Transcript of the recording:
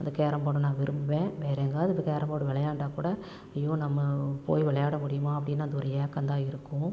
அந்த கேரம் போர்டை நான் விரும்புவேன் வேறு எங்காவது இந்த கேரம் போர்டு விளையாண்டால் கூட ஐயோ நம்ம போய் விளையாட முடியுமா அப்படினு அந்த ஒரு ஏக்கம்தான் இருக்கும்